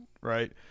right